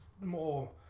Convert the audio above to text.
more